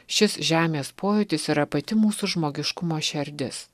šis žemės pojūtis yra pati mūsų žmogiškumo šerdis